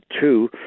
two